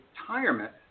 retirement